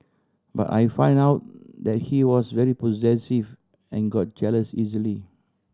but I found out that he was very possessive and got jealous easily